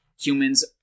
humans